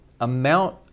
amount